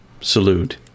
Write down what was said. Salute